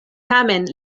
tamen